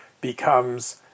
becomes